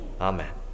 Amen